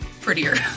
prettier